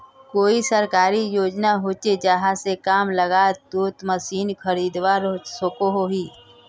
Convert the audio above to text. कोई सरकारी योजना होचे जहा से कम लागत तोत मशीन खरीदवार सकोहो ही?